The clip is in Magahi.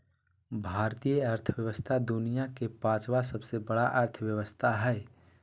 भारतीय अर्थव्यवस्था दुनिया के पाँचवा सबसे बड़ा अर्थव्यवस्था हय